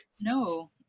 No